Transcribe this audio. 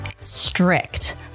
strict